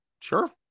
Sure